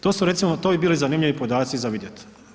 To su recimo, to bi bili zanimljivi podaci za vidjeti.